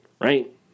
right